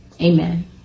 amen